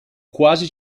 quasi